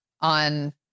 on